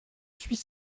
suis